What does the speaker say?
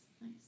nice